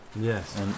Yes